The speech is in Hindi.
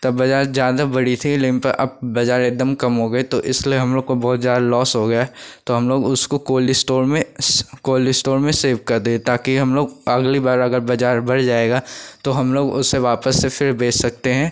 तब बाज़ार ज़्यादा बड़ी थी लेकिन प अब बाज़ार एकदम कम हो गई तो इसलिए हम लोग को बहुत ज़्यादा लोस हो गया तो हम लोग उसको कोल्ड स्टोर में कोल्ड स्टोर में सेव कर दिए ताकी हम लोग अगली बार अगर बाज़ार बढ़ जाएगा तो हम लोग उसे वापस से फ़िर बेच सकते हैं